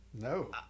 No